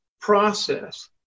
process